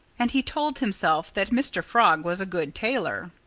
and he told himself that mr. frog was a good tailor.